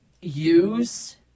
use